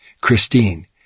Christine